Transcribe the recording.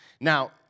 Now